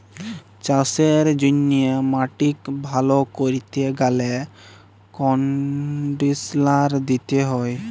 চাষের জ্যনহে মাটিক ভাল ক্যরতে গ্যালে কনডিসলার দিতে হয়